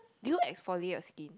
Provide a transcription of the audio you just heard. do you exfoliate your skin